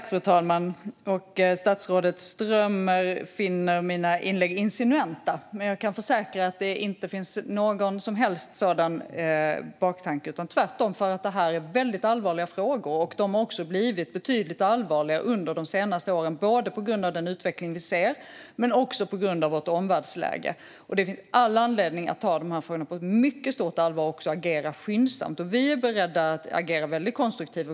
Fru talman! Statsrådet Strömmer finner mina inlägg insinuanta. Jag kan försäkra att det inte finns någon som helst sådan baktanke. Det är tvärtom väldigt allvarliga frågor. De har också blivit betydligt allvarligare under de senaste åren. Det är både på grund av den utveckling vi ser och på grund av vårt omvärldsläge. Det finns all anledning att ta de här frågorna på mycket stort allvar och agera skyndsamt. Vi är beredda att agera väldigt konstruktivt.